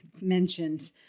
mentioned